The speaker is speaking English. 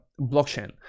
blockchain